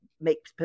make